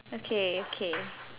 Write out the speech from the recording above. okay okay